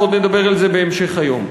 ועוד נדבר על זה בהמשך היום,